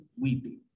weeping